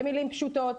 במילים פשוטות,